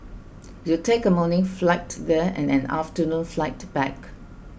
you'll take a morning flight there and an afternoon flight back